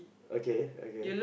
okay okay